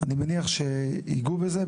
אני מניח שיגעו בזה,